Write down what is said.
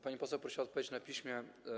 Pani poseł prosiła o odpowiedź na piśmie.